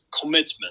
commitment